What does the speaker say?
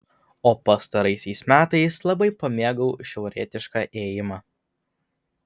o pastaraisiais metais labai pamėgau šiaurietišką ėjimą